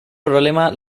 problema